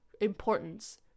importance